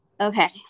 Okay